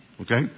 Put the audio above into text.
Okay